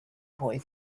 boy